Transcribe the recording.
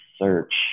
search